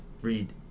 read